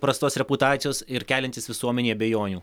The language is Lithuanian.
prastos reputacijos ir keliantys visuomenei abejonių